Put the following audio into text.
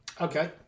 Okay